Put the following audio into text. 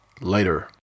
Later